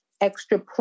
extra